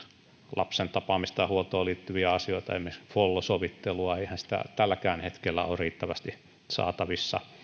lapsen tapaamiseen ja huoltoon liittyviä asioita esimerkiksi follo sovittelua niin eihän sitä tälläkään hetkellä ole riittävästi saatavissa